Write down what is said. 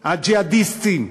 הג'יהאדיסטים,